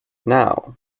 now